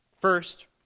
First